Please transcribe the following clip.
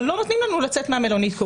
אבל לא נותנים לנו לצאת מהמלונית.